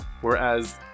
whereas